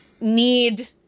need